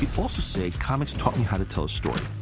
also say comics taught me how to tell a story.